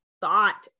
thought